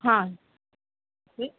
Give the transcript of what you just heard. ہاں جی